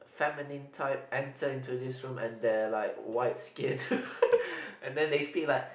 Feminine type enter into this room and they are like white skin and then they speak like